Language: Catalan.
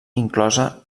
inclosa